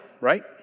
Right